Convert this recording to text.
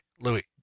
Louis